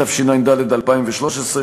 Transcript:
התשע"ד 2013,